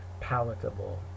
palatable